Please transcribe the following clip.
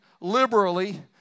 liberally